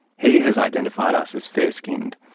he has identified us as fair-skinned.